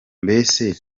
bose